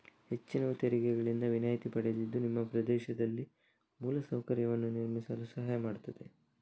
ಹೆಚ್ಚಿನವು ತೆರಿಗೆಗಳಿಂದ ವಿನಾಯಿತಿ ಪಡೆದಿದ್ದು ನಿಮ್ಮ ಪ್ರದೇಶದಲ್ಲಿ ಮೂಲ ಸೌಕರ್ಯವನ್ನು ನಿರ್ಮಿಸಲು ಸಹಾಯ ಮಾಡ್ತದೆ